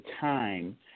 time